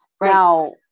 Now